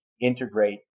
integrate